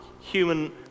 human